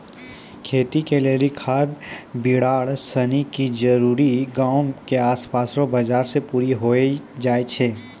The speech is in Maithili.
खेती के लेली खाद बिड़ार सनी के जरूरी गांव के आसपास रो बाजार से पूरी होइ जाय छै